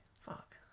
Fuck